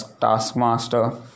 taskmaster